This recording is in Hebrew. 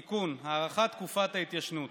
תיקון, הארכת תקופת התיישנות.